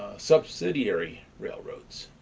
subsidiary railroads,